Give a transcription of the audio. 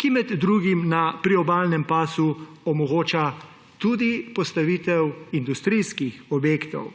ki med drugim na priobalnem pasu omogoča tudi postavitev industrijskih objektov.